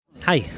hi!